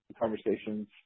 conversations